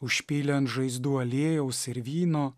užpylė ant žaizdų aliejaus ir vyno